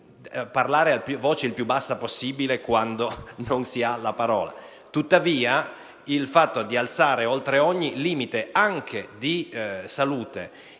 parlare a voce più bassa possibile quando non si ha la parola. Tuttavia, il fatto di alzare oltre ogni limite, anche di salute,